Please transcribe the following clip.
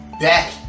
back